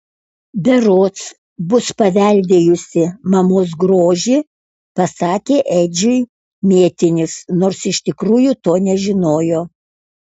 berods bus paveldėjusi mamos grožį pasakė edžiui mėtinis nors iš tikrųjų to nežinojo